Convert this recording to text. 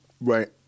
right